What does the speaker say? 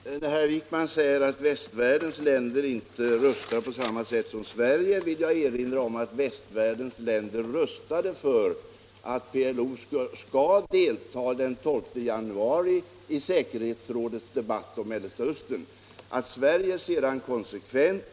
Herr talman! När herr Wijkman säger att västvärldens länder inte röstar på samma sätt som Sverige vill jag erinra om att säkerhetsrådet i den första röstningen om att debattera Mellersta Östern-frågan var enhälligt, så när som på Kina och Irak, som inte deltog i omröstningen. Till denna röstning kopplades uttalandet av säkerhetsrådets president, att majoriteten i rådet var för att PLO skulle delta den 12 januari i säkerhetsrådets debatt om Mellersta Östern.